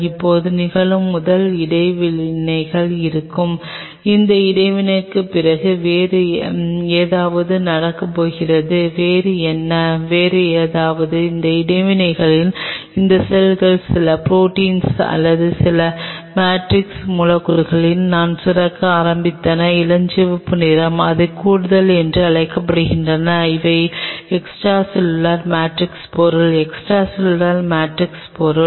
இப்போது நிகழும் முதல் இடைவினைகள் இருக்கும் இந்த இடைவினைக்குப் பிறகு வேறு ஏதாவது நடக்கப்போகிறது வேறு என்ன வேறு ஏதாவது இந்த இடைவினைகளில் இந்த செல்கள் சில ப்ரோடீன்ஸ் அல்லது சில மேட்ரிக்ஸ் மூலக்கூறுகளை நான் சுரக்க ஆரம்பித்தன இளஞ்சிவப்பு நிறம் அவை கூடுதல் என்று அழைக்கப்படுகின்றன அவை எக்ஸ்ட்ரா செல்லுலார் மேட்ரிக்ஸ் பொருள் எக்ஸ்ட்ரா செல்லுலார் மேட்ரிக்ஸ் பொருள்